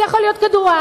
יכול להיות כדורעף,